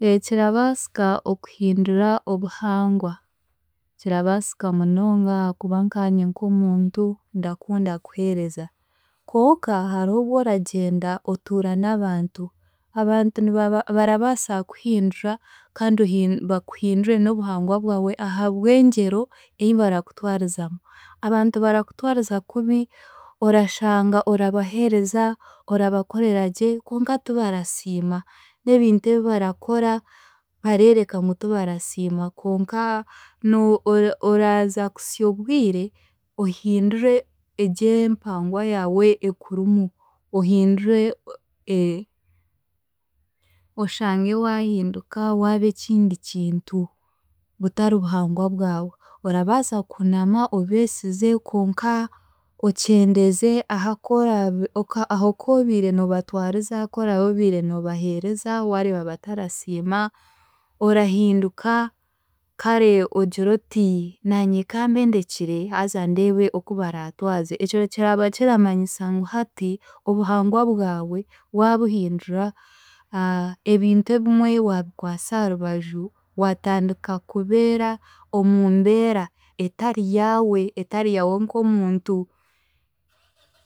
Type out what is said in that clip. Kirabaasika okuhindura obuhangwa, kirabaasika munonga ahaakuba nkaanye nk'omuntu ndakunda kuheereza konka hariho obworagyenda otuura n'abantu abantu nibaba barabaasa kukuhindura kandi ohi- bakuhindure n'obuhngwa bwawe ahabw'engyero ei barakutwarizamu. Abantu barakutwariza kubi, orashanga orabaheereza, orabakoreragye konka tibarasiima n'ebintu ebi barakora bareereka ngu tibarasiima konka no- ora- ora- oraaza kuhisa obwire, ohindure egye empangwa yaawe ekurimu ohindure e- oshange waahinduka waaba ekindi kintu butari buhangwa bwawe, orabaasa kuhunama obeesize konka okyendeeze aha korabe ahokoobiire noobatwariza woobiire noobaheereza waareeba batarasiima, orahinduka kare ogire oti naanye kambe ndekire haza haza ndeebe oku baratwaze ekyo kyaba kiramanyisa ngu hati obuhangwa bwawe waabuhindura, ebintuu ebimwe waabikwasa aha rubaju, waatandika kubeera omu mbeera etari yaawe, etari yaawe nk'omuntu.